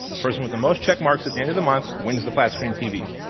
person with the most check marks at the end of the month wins the flat screen tv.